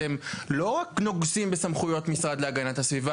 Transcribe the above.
אתם לא רק נוגסים בסמכויות המשרד להגנת הסביבה,